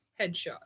Headshot